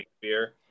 beer